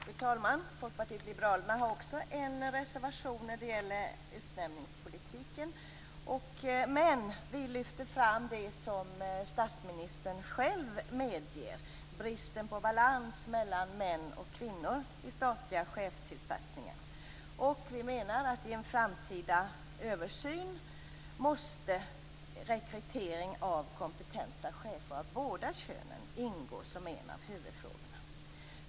Fru talman! Folkpartiet liberalerna har också en reservation när det gäller utnämningspolitiken. Vi lyfter fram det som statsministern själv medger, nämligen bristen på balans mellan män och kvinnor vid tillsättningen av statliga chefsposter. Vi menar att vid en framtida översyn måste rekrytering av kompetenta chefer av båda könen ingå som en av huvudfrågorna.